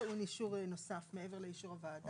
טעון אישור נוסף מעבר לאישור הוועדה.